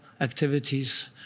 activities